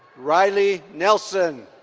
riley nelson.